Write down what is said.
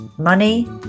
money